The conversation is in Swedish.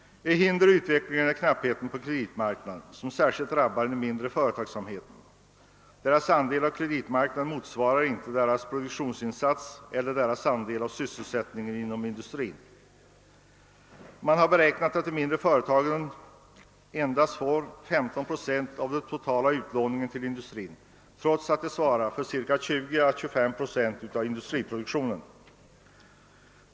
Ett hinder i utvecklingen är knappheten på kreditmarknaden som särskilt drabbar den mindre företagsamheten. Dess andel av kreditmarknaden motsvarar inte dess produktionsinsats eller andel av sysselsättningen inom industrin. Man har beräknat att de mindre företagen endast får 15 procent av den totala utlåningen till industrin trots att de svarar för 20—25 procent av industriproduktionen.